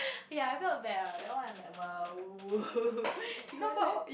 ya it's not bad lah that one like !wow! he wanted